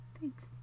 Thanks